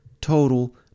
total